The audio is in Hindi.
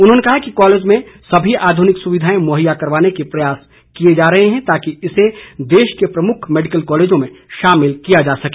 उन्होंने कहा कि कॉलेज में सभी आध्रनिक सुविधाएं मुहैया करवाने के प्रयास किए जा रहे हैं ताकि इसे देश के प्रमुख मैडिकल कॉलेजों में शामिल किया जा सके